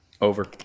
Over